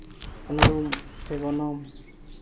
ᱩᱱᱩᱨᱩᱢ ᱥᱮ ᱜᱚᱱᱚᱝ